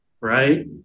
right